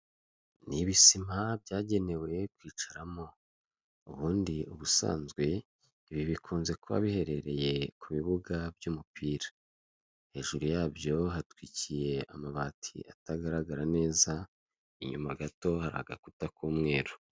N 'ibisima byagenewe kwicaramo. Ubundi ubusanzwe ibi bikunze kuba biherereye ku bibuga by'umupira, hejuru yabyo hatwikiriye amabati atagaragara neza, inyuma gato har' agakuta k'umweru.